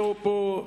תודה רבה.